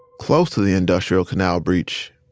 close to the industrial canal breach,